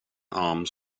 arms